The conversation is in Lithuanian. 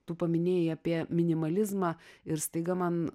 tu paminėjai apie minimalizmą ir staiga man